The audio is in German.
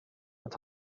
und